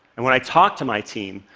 and when i talk to my team,